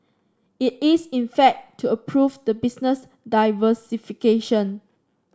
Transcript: it is in fact to approve the business diversification